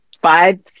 Five